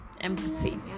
empathy